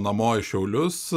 namo į šiaulius